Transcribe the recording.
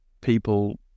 people